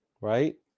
right